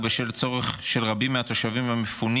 ובשל צורך של רבים מהתושבים המפונים